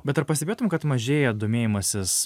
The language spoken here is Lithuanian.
bet ar pastebėtum kad mažėja domėjimasis